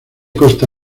costa